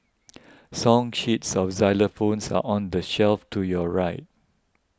song sheets for xylophones are on the shelf to your right